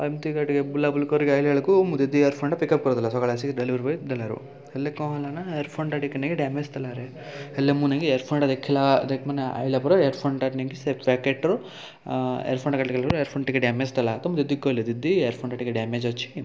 ଏମିତିକା ଟିକିଏ ବୁଲାବୁଲି କରିକି ଆଇଲା ବେଳକୁ ମୁଁ ଦିଦି ଇୟାରଫୋନଟା ପିକଅପ୍ କରିଦେଲା ସକାଳେ ଆସିକି ଡେଲିଭରି ବଏ ଦେଲାରୁ ହେଲେ କ'ଣ ହେଲା ନା ଇୟାରଫୋନଟା ଟିକିଏ ନାଇଁ ଡ୍ୟାମେଜ୍ ଥିଲାରେ ହେଲେ ମୁଁ ନାଇଁ କି ଇୟାରଫୋନଟା ଦେଖିଲା ମାନେ ଆଇଲା ପରେ ଇୟାରଫୋନଟା ନେଇକି ସେଫ୍ ପ୍ୟାକେଟରୁ ଇୟାରଫୋନଟା ଇୟାରଫୋନ୍ ଟିକିଏ ଡ୍ୟାମେଜ୍ ଥିଲା ତ ମୁଁ ଦିଦିକୁ କହିଲି ଦିଦି ଇୟାରଫୋନଟା ଟିକିଏ ଡ୍ୟାମେଜ୍ ଅଛି